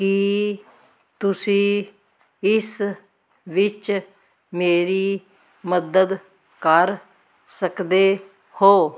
ਕੀ ਤੁਸੀਂ ਇਸ ਵਿੱਚ ਮੇਰੀ ਮਦਦ ਕਰ ਸਕਦੇ ਹੋ